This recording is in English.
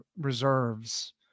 reserves